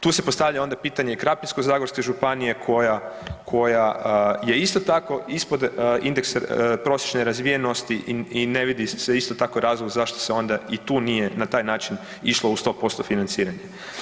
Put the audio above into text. Tu se postavlja onda pitanje Krapinsko-zagorske županija koja je isto tako ispod indeksa prosječne razvijenosti i ne vidi se isto tako, razlog zašto se onda i tu nije na taj način išlo u 100% financiranje.